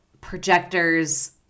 projectors